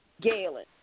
Galen